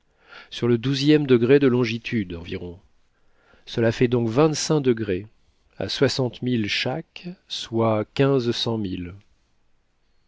sur le douzième degré de longitude environ cela fait donc vingt-cinq degrés à soixante milles chaque soit quinze cents milles